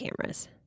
cameras